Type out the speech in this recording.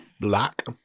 Black